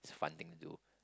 it's a fun thing to